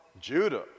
Judah